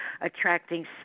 Attracting